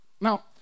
Now